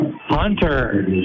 Hunter